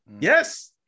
yes